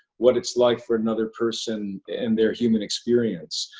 what it's like for another person in their human experience.